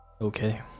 Okay